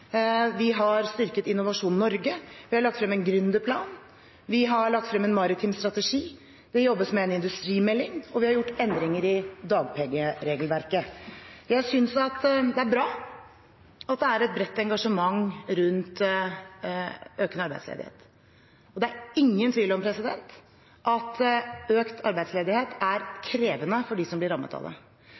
Vi har styrket Innovasjon Norge. Vi har lagt frem en gründerplan. Vi har lagt frem en maritim strategi. Det jobbes med en industrimelding. Vi har gjort endringer i dagpengeregelverket. Jeg synes at det er bra at det er et bredt engasjement rundt økende arbeidsledighet. Det er ingen tvil om at økt arbeidsledighet er krevende for dem som blir rammet av det.